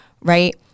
right